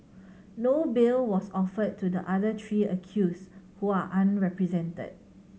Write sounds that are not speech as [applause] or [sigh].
[noise] no bail was offered to the other three accused who are unrepresented